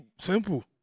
simple